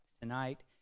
tonight